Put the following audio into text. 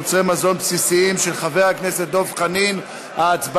של חבר הכנסת אילן גילאון: